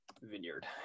Vineyard